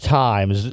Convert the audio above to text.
times